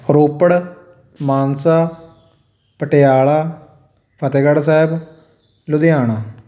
Ropar Mansa Patiala Fatehgarh Sahib Ludhiana